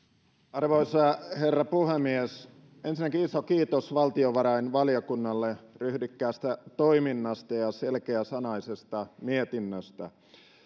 arvoisa herra puhemies ensinnäkin iso kiitos valtiovarainvaliokunnalle ryhdikkäästä toiminnasta ja ja selkeäsanaisesta mietinnöstä